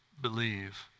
believe